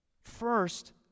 First